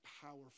powerful